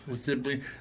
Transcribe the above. simply